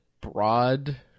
broad